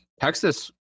Texas